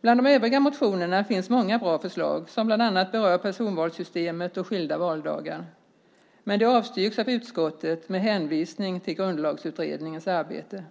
Bland de övriga motionerna finns många bra förslag, som bland annat berör personvalssystemet och skilda valdagar, men de avstyrks av utskottet med hänvisning till Grundlagsutredningens arbete.